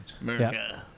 America